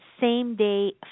same-day